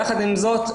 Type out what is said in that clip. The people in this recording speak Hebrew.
יחד עם זאת,